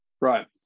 Right